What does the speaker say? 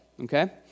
okay